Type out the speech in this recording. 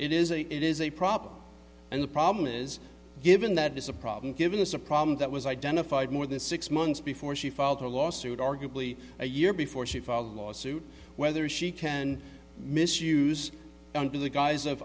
it is a it is a problem and the problem is given that is a problem giving us a problem that was identified more than six months before she filed a lawsuit arguably a year before she filed a lawsuit whether she can misuse under the guise of